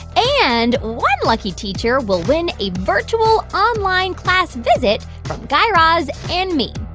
and one lucky teacher will win a virtual online class visit from guy raz and me.